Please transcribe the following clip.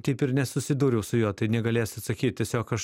taip ir nesusidūriau su juo tai negalės atsakyt tiesiog aš